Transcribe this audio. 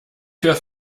für